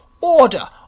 Order